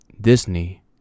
Disney